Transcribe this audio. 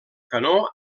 canó